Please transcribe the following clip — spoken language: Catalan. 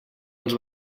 els